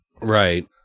right